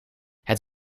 het